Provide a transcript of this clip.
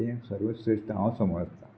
तें सर्व श्रेश्ट हांव समजता